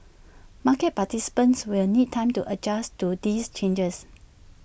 market participants will need time to adjust to these changes